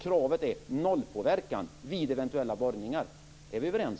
Kravet är nollpåverkan vid eventuella borrningar. Är vi överens?